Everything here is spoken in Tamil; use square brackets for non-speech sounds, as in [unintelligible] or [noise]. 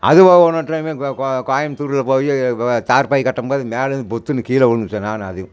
அது [unintelligible] டைமு கோ கோ கோயம்புத்தூரில் போய் தார் பாய் கட்டும்போது மேலருந்து பொத்துன்னு கீழ விழுந்துட்டன் நானும் ஆதியும்